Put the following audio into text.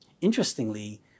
Interestingly